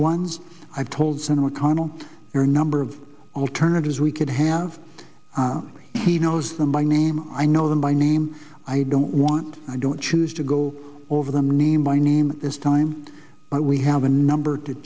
ones i've told senator mcconnell your number of alternatives we could have he knows them by name i know them by name i don't want i don't choose to go over them name by name this time but we have a number to